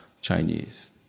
Chinese